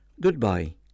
Goodbye